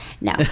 No